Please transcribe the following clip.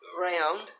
round